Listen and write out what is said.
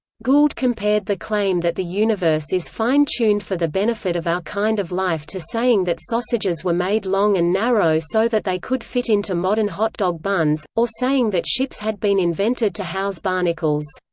gould compared the claim that the universe is fine-tuned for the benefit of our kind of life to saying that sausages were made long and narrow so that they could fit into modern hotdog buns, or saying that ships had been invented to house barnacles.